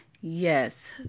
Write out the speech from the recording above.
yes